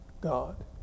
God